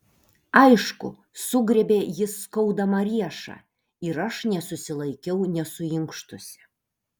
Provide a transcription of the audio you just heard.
aišku sugriebė jis skaudamą riešą ir aš nesusilaikiau nesuinkštusi